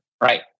right